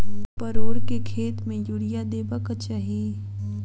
परोर केँ खेत मे यूरिया देबाक चही?